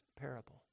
parable